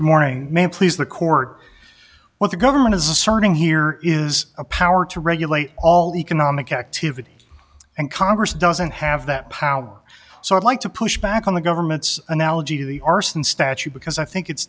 morning ma'am please the court what the government is asserting here is a power to regulate all economic activity and congress doesn't have that power so i'd like to push back on the government's analogy of the arson statute because i think it's